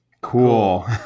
Cool